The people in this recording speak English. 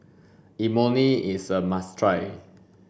Imoni is a must try